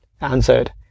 answered